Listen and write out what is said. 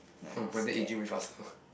oh my bed aging with us or not